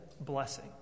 blessing